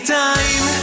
time